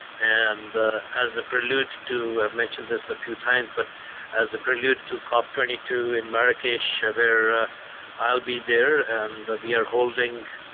and as a prelude to mention this a few times but as a prelude to cop twenty two in marrakesh where i'll be there and we are holding